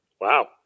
Wow